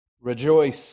rejoice